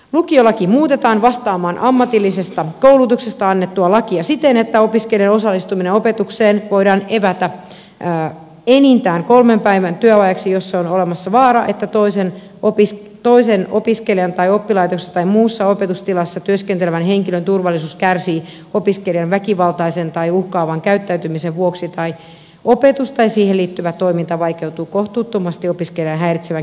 lukiolaki muutetaan vastaamaan ammatillisesta koulutuksesta annettua lakia siten että opiskelijan osallistuminen opetukseen voidaan evätä enintään kolmen päivän työajaksi jos on olemassa vaara että toisen opiskelijan tai oppilaitoksessa tai muussa opetustilassa työskentelevän henkilön turvallisuus kärsii opiskelijan väkivaltaisen tai uhkaavan käyttäytymisen vuoksi tai opetus tai siihen liittyvä toiminta vaikeutuu kohtuuttomasti opiskelijan häiritsevän käyttäytymisen vuoksi